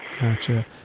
Gotcha